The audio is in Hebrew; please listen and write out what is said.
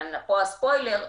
ופה הספוילר,